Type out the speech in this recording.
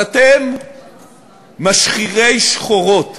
אז אתם משחירי שחורות,